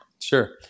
Sure